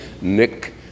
Nick